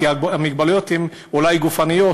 כי המגבלות הן אולי גופניות,